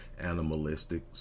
animalistic